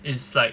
it's like